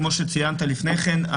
כמו שציינת לפני כן,